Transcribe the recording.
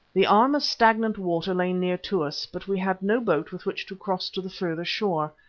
the arm of stagnant water lay near to us, but we had no boat with which to cross to the further shore.